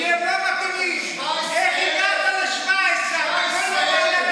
אז איך פתאום 17,000?